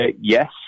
Yes